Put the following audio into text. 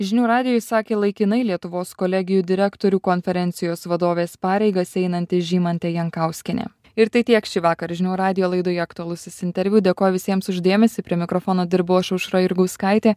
žinių radijui sakė laikinai lietuvos kolegijų direktorių konferencijos vadovės pareigas einanti žymantė jankauskienė ir tai tiek šįvakar žinių radijo laidoje aktualusis interviu dėkoju visiems už dėmesį prie mikrofono dirbau aš aušra jurgauskaitė